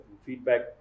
feedback